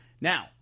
Now